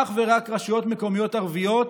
אך ורק רשויות מקומיות ערביות,